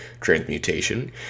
transmutation